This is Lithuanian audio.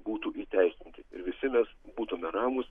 būtų įteisinti ir visi mes būtume ramūs